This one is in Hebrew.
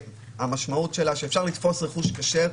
המשמעות שלה שאפשר לתפוס רכוש כשר,